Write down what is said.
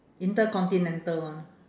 intercontinental one